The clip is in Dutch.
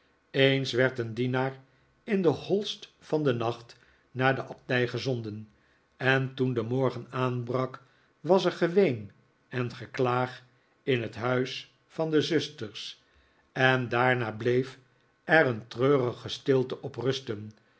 eens werd een dienaar in het hoist van den nacht naar de abdij gezonden en toen de morgen aanbrak was er geween en geklaag in het huis van de zusters en daarna bleef er een treurige stilte op rusten